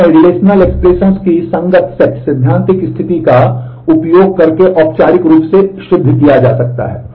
उन्हें रिलेशनल की संगत सेट सिद्धांतिक स्थिति का उपयोग करके औपचारिक रूप से सिद्ध किया जा सकता है